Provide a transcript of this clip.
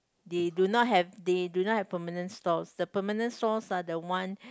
they do not have they do not have permanent stalls the permanent stalls are the one